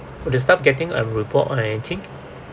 would the staff getting a report or anything